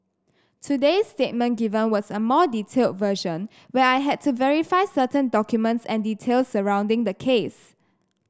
today's statement given was a more detailed version where I had to verify certain documents and details surrounding the case